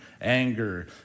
anger